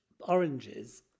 oranges